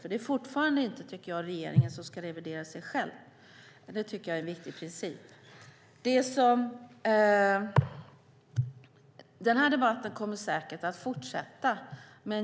Jag tycker fortfarande inte att regeringen ska revidera sig själv - det är en viktig princip. Den här debatten kommer säkert att fortsätta.